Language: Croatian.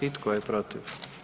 I tko je protiv?